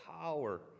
power